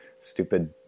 Stupid